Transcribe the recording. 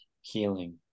healing